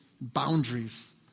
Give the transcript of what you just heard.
boundaries